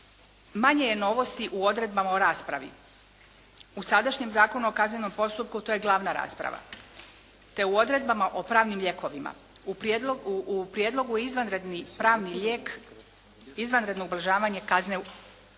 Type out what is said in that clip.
Manje je novosti u odredbama u raspravi. U sadašnjem Zakonu o kaznenom postupku to je glavna rasprava te u odredbama o pravnim lijekovima. U prijedlogu je izvanredni pravni lijek, izvanredno ublažavanje kazne izostavljen.